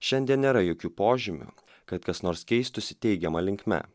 šiandien nėra jokių požymių kad kas nors keistųsi teigiama linkme